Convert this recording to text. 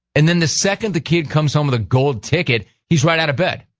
and then the second the kid comes home with a golden ticket, he's right out of bed.